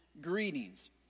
greetings